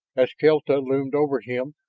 eskelta loomed over him,